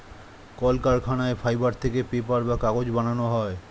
কলকারখানায় ফাইবার থেকে পেপার বা কাগজ বানানো হয়